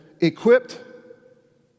equipped